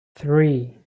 three